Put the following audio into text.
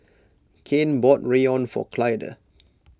Kanye bought Rawon for Clyda